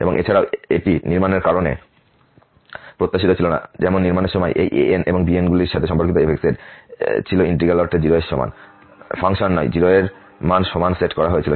এবং এছাড়াও এটি নির্মাণের কারণে প্রত্যাশিত ছিল না যেমন নির্মাণের সময় এই ans এবং bn গুলির সাথে সম্পর্কিত f এর ছিল ইন্টিগ্রালগুলির অর্থে 0 এর সমান ফাংশন নয় সিরিজের মান সমান সেট করা হয়েছিল